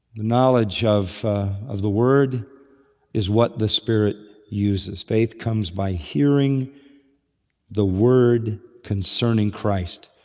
knowledge of of the word is what the spirit uses. faith comes by hearing the word concerning christ,